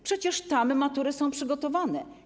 Przecież tam matury są przygotowane.